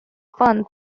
fun